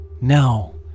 No